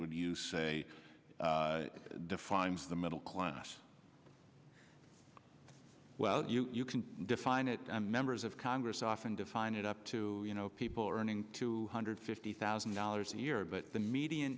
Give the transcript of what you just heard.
would you say defines the middle class well you can define it and members of congress often define it up to you know people earning two hundred fifty thousand dollars a year but the median